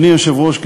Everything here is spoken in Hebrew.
אדוני היושב-ראש,